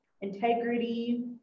Integrity